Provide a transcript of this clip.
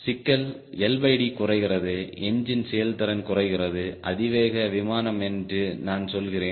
சிக்கல் LD குறைகிறது engine செயல்திறன் குறைகிறது அதிவேக விமானம் என்று நான் சொல்கிறேன்